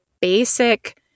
basic